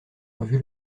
revue